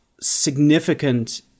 significant